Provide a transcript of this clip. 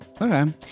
Okay